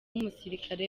umusirikare